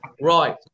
Right